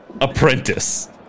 apprentice